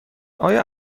آیا